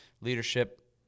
leadership